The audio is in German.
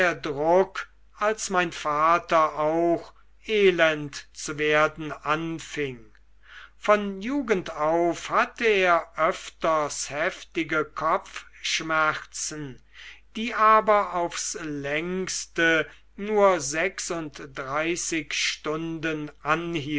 druck als mein vater auch elend zu werden anfing von jugend auf hatte er öfters heftige kopfschmerzen die aber aufs längste nur sechsunddreißig stunden